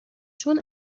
چون